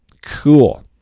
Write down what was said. Cool